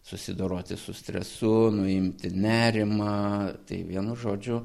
susidoroti su stresu nuimti nerimą tai vienu žodžiu